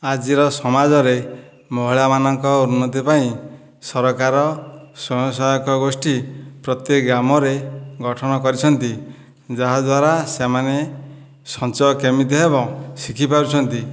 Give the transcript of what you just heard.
ଆଜିର ସମାଜରେ ମହିଳାମାନଙ୍କ ଉନ୍ନତି ପାଇଁ ସରକାର ସ୍ୱୟଂ ସହାୟକ ଗୋଷ୍ଠୀ ପ୍ରତି ଗ୍ରାମରେ ଗଠନ କରିଛନ୍ତି ଯାହାଦ୍ଵାରା ସେମାନେ ସଞ୍ଚୟ କେମିତି ହେବ ଶିଖିପାରୁଛନ୍ତି